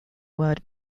word